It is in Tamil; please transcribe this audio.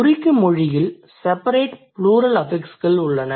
துருக்கி மொழியில் செபரேட் ப்ளூரல் அஃபிக்ஸ் உள்ளன